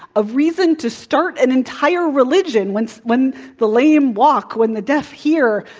a reason to start an entire religion. when when the lame walk, when the deaf hear,